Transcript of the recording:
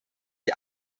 die